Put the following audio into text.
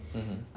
mmhmm